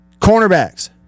Cornerbacks